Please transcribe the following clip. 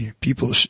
people